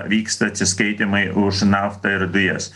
vyksta atsiskaitymai už naftą ir dujas